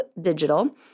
Digital